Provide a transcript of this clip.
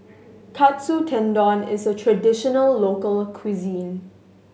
Katsu Tendon is a traditional local cuisine